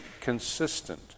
consistent